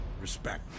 respect